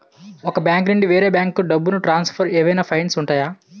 ఒక బ్యాంకు నుండి వేరే బ్యాంకుకు డబ్బును ట్రాన్సఫర్ ఏవైనా ఫైన్స్ ఉంటాయా?